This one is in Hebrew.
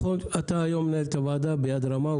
אתה היום מנהל את הוועדה ביד רמה,